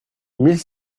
mille